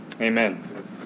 Amen